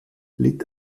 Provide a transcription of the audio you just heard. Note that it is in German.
litt